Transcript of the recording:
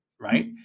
Right